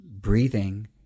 breathing